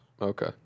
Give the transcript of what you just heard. Okay